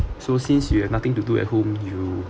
so since you have nothing to do at home you